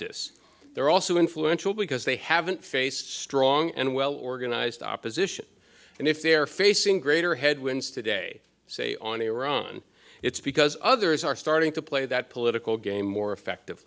this they're also influential because they haven't faced strong and well organized opposition and if they're facing greater headwinds today say on iran it's because others are starting to play that political game more effective